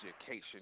education